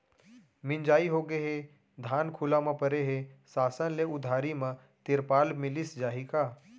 मिंजाई होगे हे, धान खुला म परे हे, शासन ले उधारी म तिरपाल मिलिस जाही का?